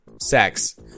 sex